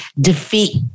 defeat